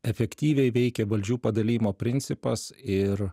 efektyviai veikė valdžių padalijimo principas ir